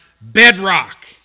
bedrock